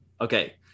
Okay